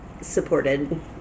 supported